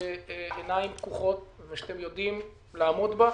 בעיניים פקוחות ושאתם יודעים לעמוד בה.